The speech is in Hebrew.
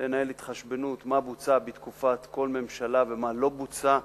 לנהל התחשבנות מה בוצע בתקופת כל ממשלה ומה לא בוצע,